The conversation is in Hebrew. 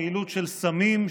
פעילות של סמים,